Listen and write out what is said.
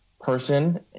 person